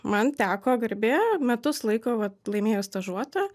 man teko garbė metus laiko vat laimėjus stažuotę